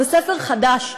זה ספר חדש.